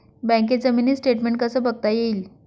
बँकेचं mini statement कसं बघता येईल?